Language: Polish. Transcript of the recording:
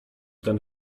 ten